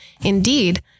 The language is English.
indeed